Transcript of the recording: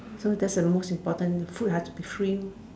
so that's the most important food have to be free